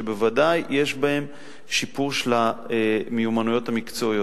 שבוודאי יש בהם שיפור של המיומנויות המקצועיות.